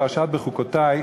פרשת בחוקותי,